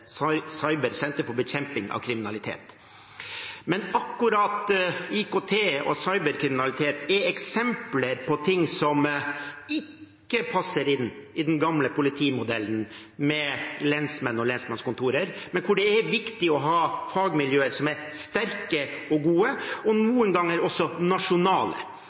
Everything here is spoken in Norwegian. nasjonalt cybersenter for bekjemping av kriminalitet. Men akkurat IKT- og cyberkriminalitet er eksempler på ting som ikke passer inn i den gamle politimodellen med lensmenn og lensmannskontorer, men hvor det er viktig å ha fagmiljøer som er sterke og gode, og noen ganger også nasjonale.